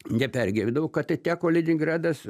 nepergyvenau kad tai teko leningradas